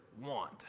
want